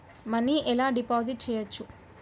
Money ఎలా deposit చేయచ్చు?